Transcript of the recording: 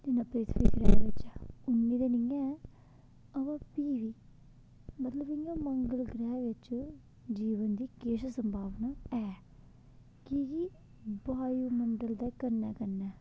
जिन्ना पृथ्वी ग्रैह् बिच्च ऐ उन्नी ते नी ऐ अवां फ्ही बी मतलब इ'यां मंगल ग्रैह् बिच्च जीवन दी किश संभवाना ऐ कि कि वायुमंडल दे कन्नै कन्नै